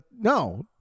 no